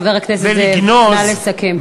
חבר הכנסת זאב, נא לסכם.